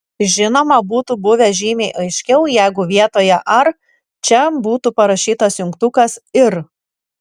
žinoma būtų buvę žymiai aiškiau jeigu vietoje ar čia būtų parašytas jungtukas ir